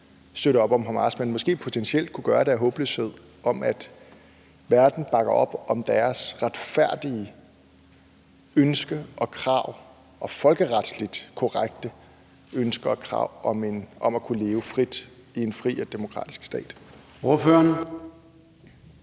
støtter op om Hamas, men måske potentielt kunne gøre det af håbløshed, om, at verden bakker op om deres retfærdige ønske og krav og folkeretligt korrekte ønske og krav om at kunne leve frit i en fri og demokratisk stat.